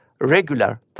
regular